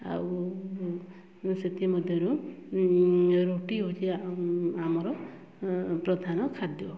ଆଉ ସେଥି ମଧ୍ୟରୁ ରୁଟି ହେଉଛି ଆମର ପ୍ରଧାନ ଖାଦ୍ୟ